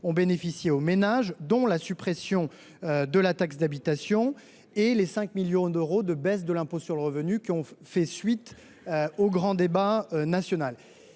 le cas, par exemple, de la suppression de la taxe d'habitation et des 5 milliards d'euros de baisse de l'impôt sur le revenu qui ont fait suite au grand débat national.